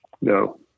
no